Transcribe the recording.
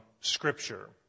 scripture